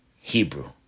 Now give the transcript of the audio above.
Hebrew